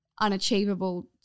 unachievable